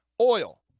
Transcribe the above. oil